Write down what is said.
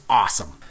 awesome